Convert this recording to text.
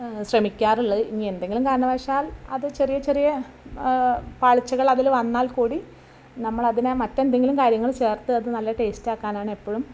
ശ്രമിക്കാറുള്ളത് ഇനി എന്തെങ്കിലും കാരണവശാൽ അത് ചെറിയ ചെറിയ പാളിച്ചകൾ അതില് വന്നാൽ കൂടി നമ്മളതിനെ മറ്റെന്തെങ്കിലും കാര്യങ്ങള് ചേർത്ത് അത് നല്ല ടേസ്റ്റ് ആക്കാനാണ് എപ്പഴും